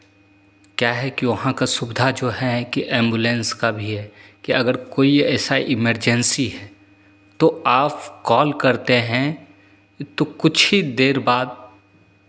क्या है कि वहाँ का सुविधा जो है एम्बुलेंस का भी है कि अगर कोइ ऐसा इमरजेंसी है तो आप कॉल करते हैं तो कुछ ही देर बाद